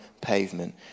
Pavement